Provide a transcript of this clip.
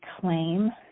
claim